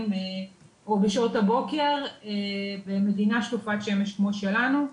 או בשעות הבוקר במדינה שטופת שמש כמו שלנו.